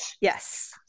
Yes